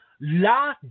La